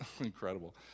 Incredible